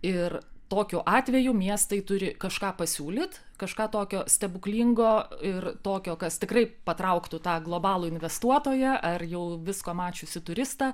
ir tokiu atveju miestai turi kažką pasiūlyt kažką tokio stebuklingo ir tokio kas tikrai patrauktų tą globalų investuotoją ar jau visko mačiusį turistą